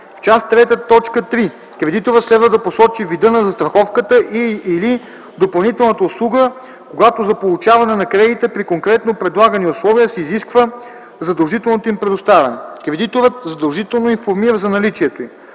В част ІІІ, т. 3 кредиторът следва да посочи вида на застраховката и/или допълнителната услуга, когато за получаване на кредита при конкретно предлагани условия се изисква задължителното им предоставяне. Кредиторът задължително информира за наличието им.